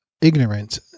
ignorant